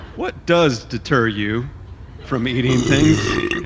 what does deter you from eating things,